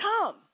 come